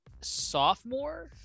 sophomore